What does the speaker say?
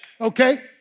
Okay